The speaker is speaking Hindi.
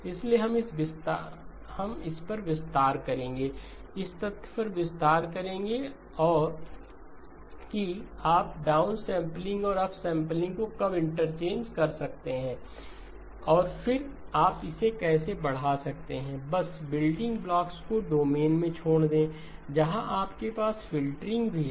इसलिए हम इस पर विस्तार करेंगे इस तथ्य पर विस्तार करेंगे कि आप डाउनसेंपलिंग और अपसेंपलिंग को कब इंटरचेंज कर सकते हैं और फिर आप इसे कैसे बढ़ा सकते हैं बस बिल्डिंग ब्लॉक्स को डोमेन में छोड़ दें जहां आपके पास फ़िल्टरिंग भी है